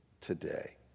today